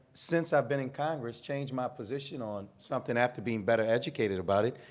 since i've been in congress, changed my position on something after being better educated about it.